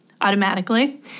automatically